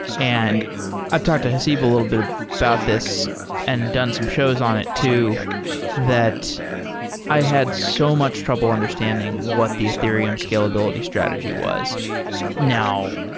and i've talked to haseeb a little bit of that this and done some shows on it too that i had so much trouble understanding what the ethereum scalability strategy was now.